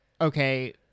okay